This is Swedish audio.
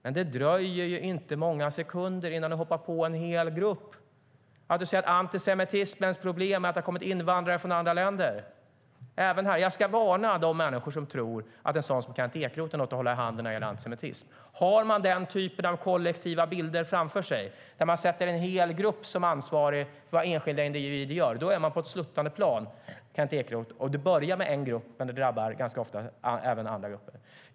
Men det dröjer inte många sekunder innan du hoppar på en hel grupp och säger att antisemitismens problem är att det har kommit invandrare från andra länder. Jag ska varna de människor som tror att en som Kent Ekeroth är någon att hålla i handen när det gäller antisemitism. Har man den typen av kollektiva bilder framför sig, där man sätter en hel grupp som ansvarig för vad enskilda individer gör, är man på ett sluttande plan, Kent Ekeroth. Det börjar med en grupp, men det drabbar ganska ofta även andra grupper.